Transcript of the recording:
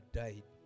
died